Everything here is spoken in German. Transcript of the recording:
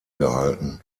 gehalten